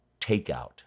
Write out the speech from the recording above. Takeout